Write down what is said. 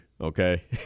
Okay